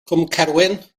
cwmcerwyn